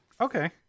Okay